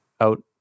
out